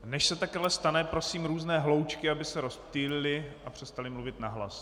Než se tak ale stane, prosím různé hloučky, aby se rozptýlily a přestaly mluvit nahlas.